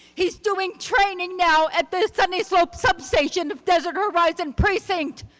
he's doing training now at the sunnyslope substation of desert horizon precinct.